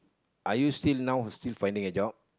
are you still now still finding a job